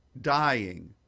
dying